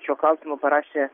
šiuo klausimu parašė